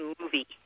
movie